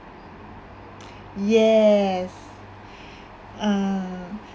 yes uh